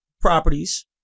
properties